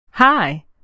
Hi